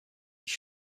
ich